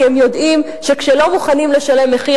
כי הם יודעים שכשלא מוכנים לשלם מחיר,